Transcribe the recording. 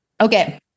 Okay